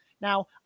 Now